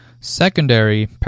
Secondary